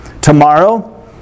tomorrow